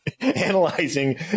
Analyzing